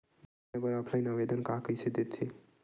बनाये बर ऑफलाइन आवेदन का कइसे दे थे?